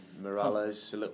Morales